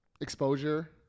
exposure